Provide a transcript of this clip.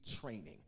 training